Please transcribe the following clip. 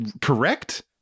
correct